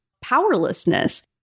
powerlessness